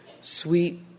sweet